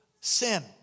sin